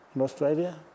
Australia